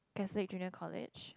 Catholic Junior College